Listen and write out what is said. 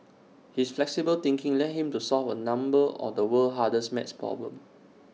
his flexible thinking led him to solve A number of the world's hardest math problems